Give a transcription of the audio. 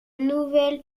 nouvelle